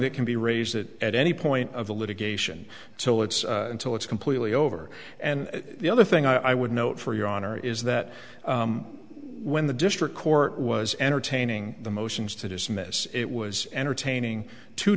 that can be raised that at any point of the litigation so it's until it's completely over and the other thing i would note for your honor is that when the district court was entertaining the motions to dismiss it was entertaining t